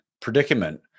predicament